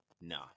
No